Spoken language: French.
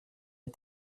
les